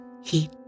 heat